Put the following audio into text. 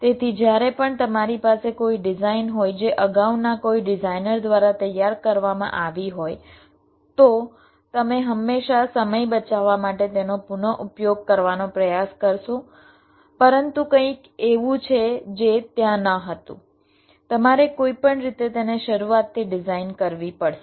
તેથી જ્યારે પણ તમારી પાસે કોઈ ડિઝાઈન હોય જે અગાઉના કોઈ ડિઝાઈનર દ્વારા તૈયાર કરવામાં આવી હોય તો તમે હંમેશા સમય બચાવવા માટે તેનો પુનઃઉપયોગ કરવાનો પ્રયાસ કરશો પરંતુ કંઈક એવું છે જે ત્યાં ન હતું તમારે કોઈપણ રીતે તેને શરૂઆતથી ડિઝાઇન કરવી પડશે